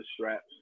straps